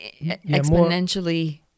exponentially